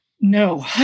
No